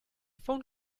phone